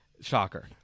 shocker